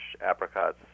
apricots